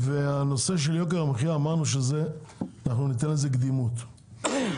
אמרנו שניתן קדימות לנושא של יוקר המחיה